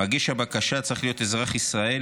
מגיש הבקשה צריך להיות אזרח ישראל,